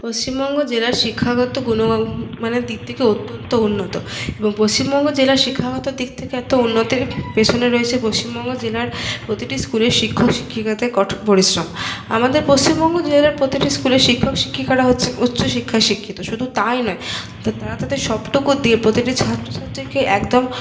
পশ্চিমবঙ্গ জেলার শিক্ষাগত গুণমানের দিক থেকে অত্যন্ত উন্নত এবং পশ্চিমবঙ্গ জেলার শিক্ষাগত দিক থেকে এত উন্নতির পেছনে রয়েছে পশ্চিমবঙ্গ জেলার প্রতিটি স্কুলের শিক্ষক শিক্ষিকাদের কঠোর পরিশ্রম আমাদের পশ্চিমবঙ্গ জেলার প্রতিটি স্কুলে শিক্ষক শিক্ষিকারা হচ্ছেন উচ্চ শিক্ষায় শিক্ষিত শুধু তাই নয় তারা তাদের সবটুকু দিয়ে প্রতিটি ছাত্রছাত্রীকে একদম